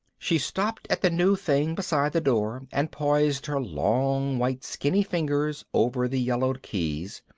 she stopped at the new thing beside the door and poised her long white skinny fingers over the yellowed keys,